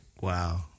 Wow